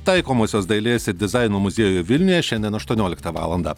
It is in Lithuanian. taikomosios dailės ir dizaino muziejuje vilniuje šiandien aštuonioliktą valandą